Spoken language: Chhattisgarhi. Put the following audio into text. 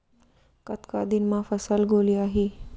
कतका दिन म फसल गोलियाही?